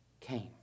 came